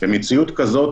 במציאות כזאת,